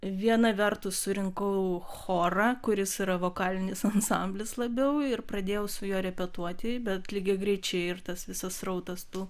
viena vertus surinkau chorą kuris yra vokalinis ansamblis labiau ir pradėjau su juo repetuoti bet lygiagrečiai ir tas visas srautas tų